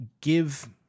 give